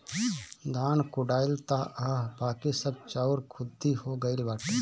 धान कुटाइल तअ हअ बाकी सब चाउर खुद्दी हो गइल बाटे